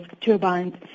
turbines